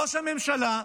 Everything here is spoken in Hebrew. ראש הממשלה,